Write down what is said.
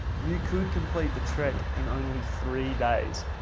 you could complete the trek in only three days.